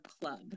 club